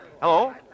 Hello